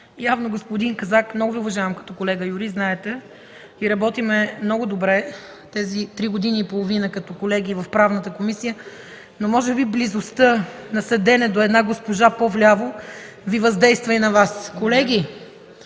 деня. Господин Казак, много Ви уважавам като колега и юрист, знаете, и работим много добре тези три години и половина като колеги в Правната комисия, но може би близостта на седене до една госпожа по-вляво Ви въздейства и на Вас. Колеги,